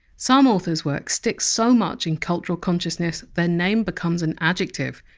some authors' work sticks so much in cultural consciousness, their name becomes an adjective.